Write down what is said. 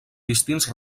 distints